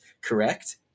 correct